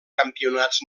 campionats